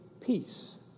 Peace